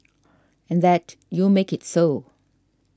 and that you make it so